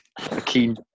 Akeen